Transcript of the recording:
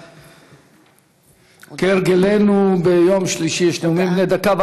מתכבד לפתוח את ישיבת הכנסת.